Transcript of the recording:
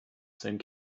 same